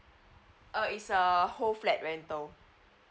err it's a whole flat rental